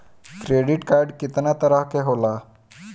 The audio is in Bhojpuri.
क्रेडिट कार्ड कितना तरह के होला?